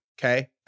okay